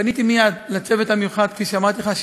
פניתי מייד לצוות המיוחד, כפי שאמרתי לך,